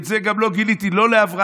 את זה גם לא גיליתי לא לאברהם,